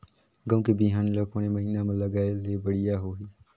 गहूं के बिहान ल कोने महीना म लगाय ले बढ़िया होही?